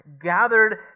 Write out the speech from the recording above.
gathered